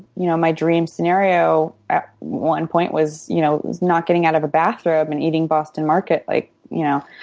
you know, my dream scenario at one point was you know, was not getting out of a bathrobe and eating boston market like, you know,